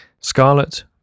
Scarlet